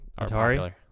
Atari